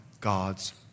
God's